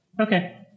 Okay